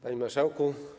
Panie Marszałku!